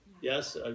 yes